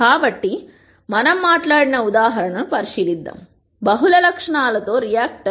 కాబట్టి మనం మాట్లాడిన ఉదాహరణను పరిశీలిద్దాం బహుళ లక్షణాలతో రియాక్టర్